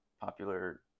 popular